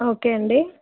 okay అండి